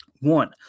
One